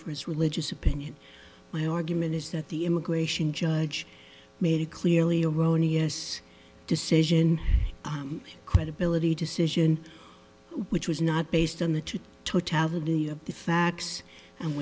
for his religious opinion my argument is that the immigration judge made a clearly erroneous decision credibility decision which was not based on the to totality of the facts and